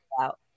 out